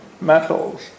metals